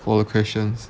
for the questions